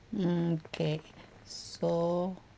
mm okay so